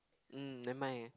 mm never mind